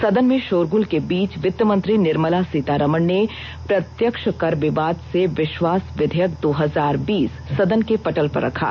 सदन में शोरगूल के बीच वित्तमंत्री निर्मला सीतारामन ने प्रत्यक्ष कर विवाद से विश्वास विधेयक दो हजार बीस सदन के पटल पर रखा